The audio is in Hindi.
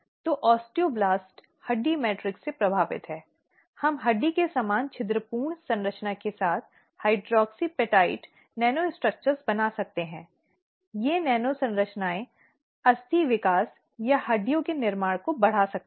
एक जो और बड़ा है सेवासमाप्ती या अनिवार्य सेवानिवृत्ति आदि और इसके साथ ही जैसा कि हमने पहले कहा है कि पक्ष को मुआवजा भी दिया जा सकता है